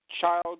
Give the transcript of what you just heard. child